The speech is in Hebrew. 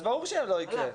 אז ברור שזה לא יקרה.